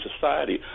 society